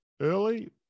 early